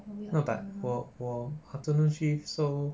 no but 我我 afternoon shift so